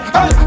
Hey